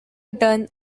done